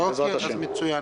אוקיי, אז מצוין.